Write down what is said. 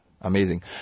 Amazing